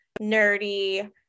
nerdy